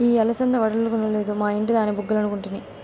ఇయ్యి అలసంద వడలనుకొలేదు, మా ఇంటి దాని బుగ్గలనుకుంటిని